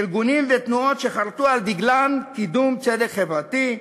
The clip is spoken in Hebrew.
ארגונים ותנועות שחרתו על דגלם קידום צדק חברתי,